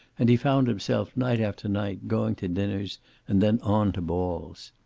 and he found himself night after night going to dinners and then on to balls.